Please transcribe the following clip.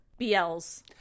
BLS